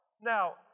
Now